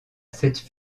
cette